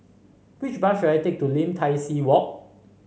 which bus should I take to Lim Tai See Walk